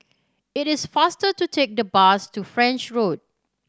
it is faster to take the bus to French Road